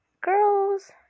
Girls